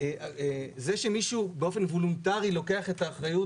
זה שמישהו באופן וולונטרי לוקח את האחריות,